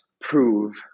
prove